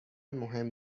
مهم